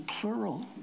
plural